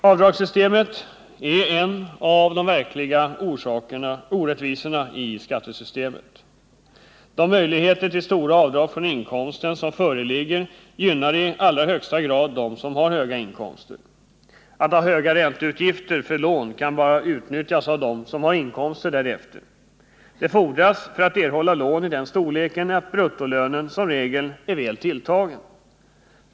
Avdragssystemet är en av de verkliga orättvisorna i skattesystemet. De möjligheter till stora avdrag från inkomsten som föreligger gynnar i allra högsta grad dem som har höga inkomster. Höga ränteutgifter för lån kan bara utnyttjas av dem som har inkomster därefter. Det fordras, för att erhålla lån i den storleken, att bruttolönen som regel är väl tilltagen.